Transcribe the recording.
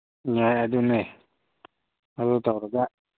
ꯌꯥꯏ ꯑꯗꯨꯅꯦ ꯑꯗꯨ ꯇꯧꯔꯒ